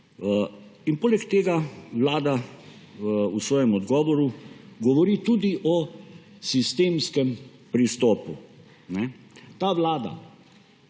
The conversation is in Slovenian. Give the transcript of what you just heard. Poleg tega Vlada v svojem odgovoru govori tudi o sistemskem pristopu. Ta vlada,